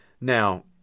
Now